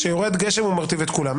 כשיורד גשם הוא מרטיב את כולם.